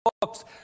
books